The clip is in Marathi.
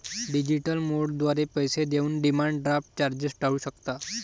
डिजिटल मोडद्वारे पैसे देऊन डिमांड ड्राफ्ट चार्जेस टाळू शकता